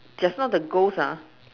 just now the ghost ah